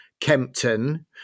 kempton